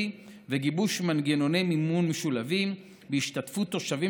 וגיבוש מנגנוני מימון משולבים בהשתתפות תושבים,